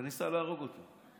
וניסה להרוג אותו.